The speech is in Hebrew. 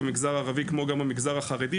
במגזר הערבי כמו במגזר החרדי,